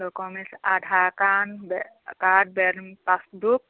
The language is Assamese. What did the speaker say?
ডকুমেণ্টছ আধাৰ কাণ বে কাৰ্ড বেং পাছবুক